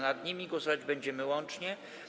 Nad nimi głosować będziemy łącznie.